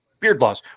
beardlaws